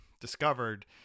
discovered